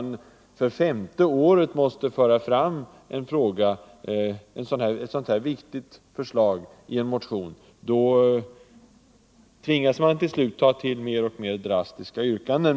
Då man fem år i följd tar upp ett så viktigt förslag motionsvägen tvingas man till slut att gripa till mer och mer drastiska yrkanden.